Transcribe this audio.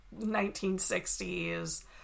1960s